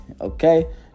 Okay